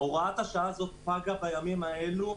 הוראה זו פגה בימים אלו,